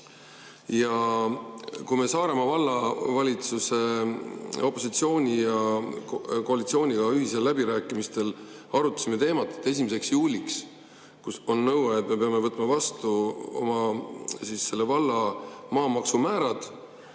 Kui me Saaremaa Vallavalitsuse opositsiooni ja koalitsiooniga ühistel läbirääkimistel arutasime teemat, et 1. juuliks on nõue, et me peame võtma vastu oma valla maamaksu määrad,